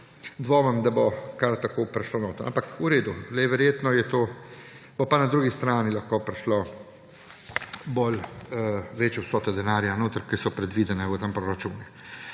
dvomim, da bo kar tako prišel notri. Ampak v redu, verjetno je to, bo pa na drugi strani lahko prišla večja vsota denarja notri, kot so predvidene v tem proračunu.